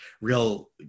real